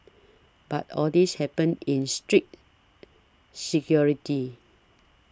but all this happened in strict security